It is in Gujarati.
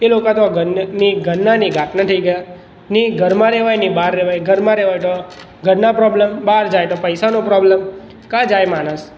એ લોકા તો ઘરના ન ઘટના થઈ ગયાં નહીં ઘરમાં રહેવાય નહીં બહાર રહેવાય ઘરમાં રહેવા તો ઘરના પ્રોબ્લેમ બહાર જાય તો પૈસાનો પ્રોબ્લેમ ક્યાં જાય માણસ